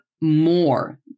more